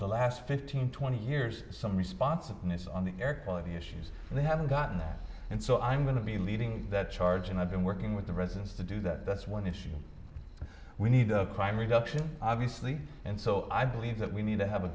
the last fifteen twenty years some responsible it's on the air quality issues they haven't gotten that and so i'm going to be leading that charge and i've been working with the residents to do that that's one issue we need a crime reduction obviously and so i believe that we need to have a